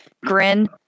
grin